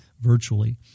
virtually